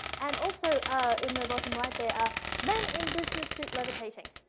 and also ah in the bottom right there, man in business suit, levitating.